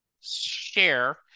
share